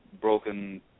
broken